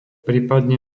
prípadne